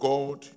God